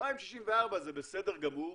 2064 זה בסדר גמור,